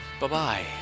Bye-bye